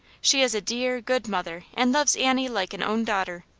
she is a dear, good mother, and loves annie like an own daughter.